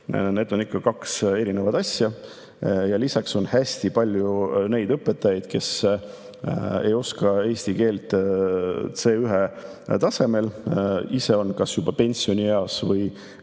Need on ikka kaks erinevat asja. Lisaks on hästi palju neid õpetajaid, kes ei oska eesti keelt C1‑tasemel ja on ise juba kas pensionieas või